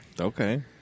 Okay